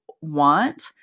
want